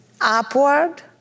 upward